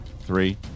three